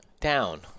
Down